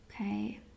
okay